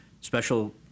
special